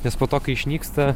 nes po to kai išnyksta